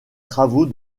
travaux